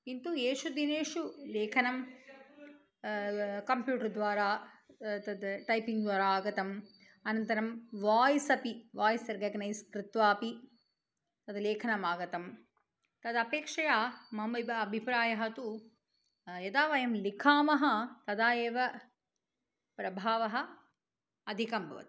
किन्तु एषु दिनेषु लेखनं कम्प्यूटर्द्वारा तद् टैपिङ्ग्द्वारा आगतम् अनन्तरं वाय्स् अपि वाय्स् रेकग्नैस् कृत्वापि तद् लेखनमागतं तदपेक्षया ममेव अभिप्रायः तु यदा वयं लिखामः तदा एव प्रभावः अधिकम्